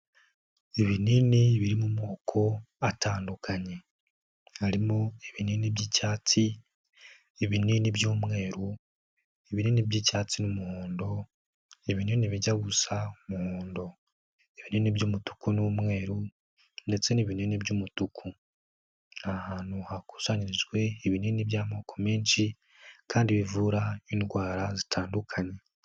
Ibinini biri mu moko atandukanye. Harimo ibinini by'icyatsi, ibinini by'umweru, ibinini by'icyatsi n'umuhondo, ibinini bijya gusa muhondo. Ibinini by'umutuku n'umweru ndetse n'ibinini by'umutuku. Ni ahantu hakusanyirijwe ibinini by'amoko menshi kandi bivura indwara zitandukanye.